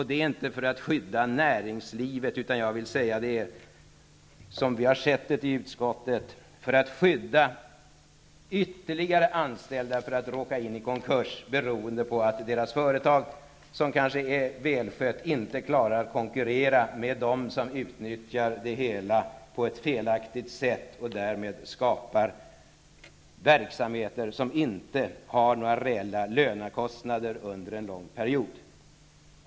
Det är inte för att skydda näringslivet som det aktuella förslaget läggs fram, utan det sker -- som vi i utskottet ser saken -- för att skydda ytterligare anställda från att dras med i en konkurs beroende på att deras företag, som i och för sig kan vara välskött, inte klarar att konkurrera med dem som utnyttjar det hela på ett felaktigt sätt och därmed skapar verksamheter som inte har några reella lönekostnader under en lång period.